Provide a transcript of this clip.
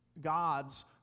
God's